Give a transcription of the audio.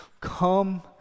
Come